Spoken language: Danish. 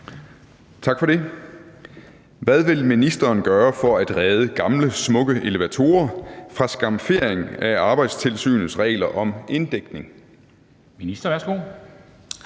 Tak for det. Hvad vil ministeren gøre for at redde gamle, smukke elevatorer fra skamfering af Arbejdstilsynets regler om inddækning?